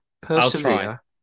persevere